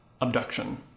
abduction